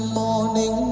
morning